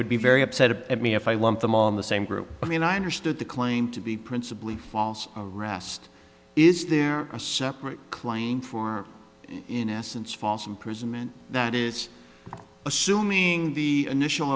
would be very upset at me if i lump them all in the same group i mean i understood the claim to be principally false rast is there a separate claim for innocence false imprisonment that is assuming the initial